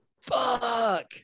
Fuck